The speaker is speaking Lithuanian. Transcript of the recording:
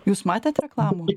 jūs matėt reklamų